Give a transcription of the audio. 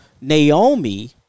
Naomi